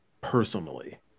personally